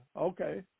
Okay